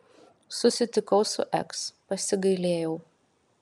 susitikau su eks pasigailėjau